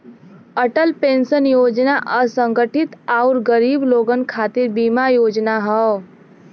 Atal pension योजना असंगठित आउर गरीब लोगन खातिर बीमा योजना हौ